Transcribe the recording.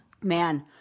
man